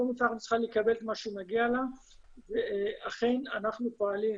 אום אל פחם צריכה לקבל את מה שמגיע לה ואכן אנחנו פועלים